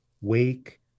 wake